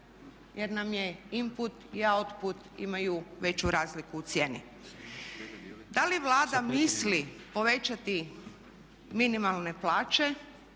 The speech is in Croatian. jer nam je imput i autput imaju veću razliku u cijeni. Da li Vlada misli povećati minimalne plaće,